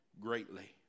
greatly